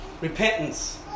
Repentance